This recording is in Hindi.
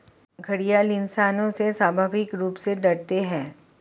घड़ियाल इंसानों से स्वाभाविक रूप से डरते है